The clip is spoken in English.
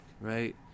right